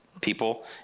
people